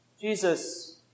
Jesus